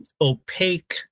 opaque